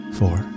four